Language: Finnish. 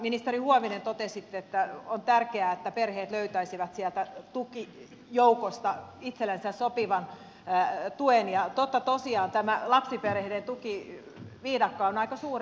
ministeri huovinen totesitte että on tärkeää että perheet löytäisivät sieltä tukijoukosta itsellensä sopivan tuen ja totta tosiaan tämä lapsiperheiden tukiviidakko on aika suuri